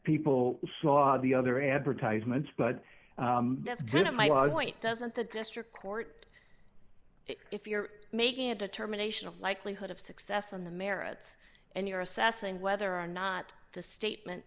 people saw the other advertisements but then my point doesn't the district court if you're making a determination of likelihood of success on the merits and you're assessing whether or not the statement